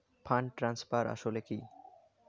Fund transfer আসলে কী?